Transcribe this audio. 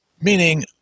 meaning